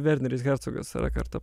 verneris hercogas yra kartą